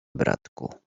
bratku